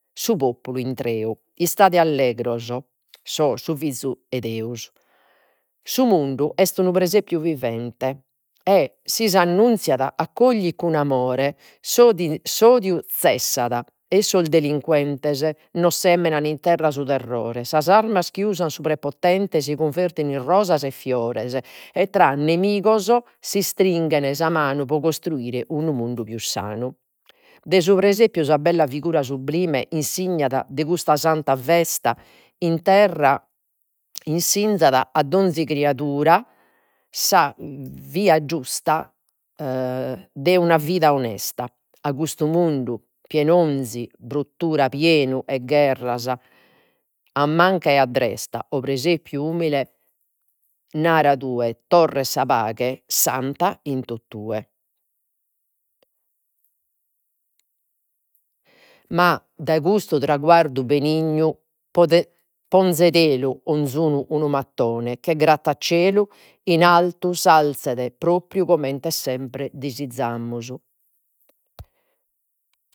Su populu intreu istade allegros, so su fizu 'e Deus. Su mundu est unu presepiu vivente e si s'annunzian, accoglit cun amore su odiu zessat e sos delinquentes no semenan in terra su terrore, sas armas chi usan su prepotente si cunvertin in rosas e fiores, e tra nemigos s'istringhent sa manu, pro costruire unu mundu pius sanu. De su presepiu sa bella figura sublime insignat de custa santa festa, in terra insinzat a d'onzi criadura sa via giusta de una vida onesta, a custu mundu bruttura, pienu 'e gherras a manca e a dresta, o presepiu umile nara tue, torret sa paghe santa in totue. Ma dai custu traguardu benignu 'onzunu unu mattone che grattacielu in altu s'alzet propriu comente sempre disizamus.